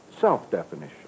self-definition